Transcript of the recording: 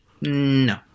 no